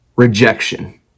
rejection